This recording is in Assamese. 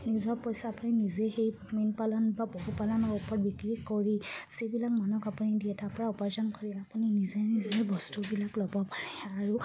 নিজৰ পইচা আপুনি নিজে সেই মীনপালন বা পশুপালনৰ ওপৰত বিক্ৰী কৰি যিবিলাক মানক আপুনি দিয়ে তাৰ পৰা উপাৰ্জন কৰি আপুনি নিজে নিজে বস্তুবিলাক ল'ব পাৰে আৰু